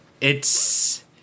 It's-